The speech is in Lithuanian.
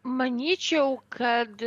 manyčiau kad